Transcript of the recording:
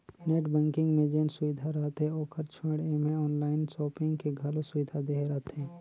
net banking मे जेन सुबिधा रहथे ओकर छोयड़ ऐम्हें आनलाइन सापिंग के घलो सुविधा देहे रहथें